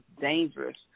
dangerous